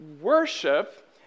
worship